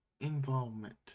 involvement